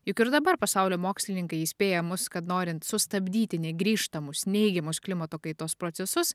juk ir dabar pasaulio mokslininkai įspėja mus kad norint sustabdyti negrįžtamus neigiamus klimato kaitos procesus